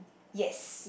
yes